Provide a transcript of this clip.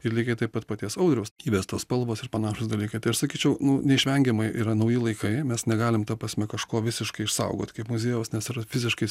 ir lygiai taip pat paties audriaus įvestos spalvos ir panašūs dalykai tai aš sakyčiau nu neišvengiamai yra nauji laikai mes negalim ta prasme kažko visiškai išsaugot kaip muziejaus nes yra fiziškai